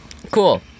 Cool